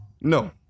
No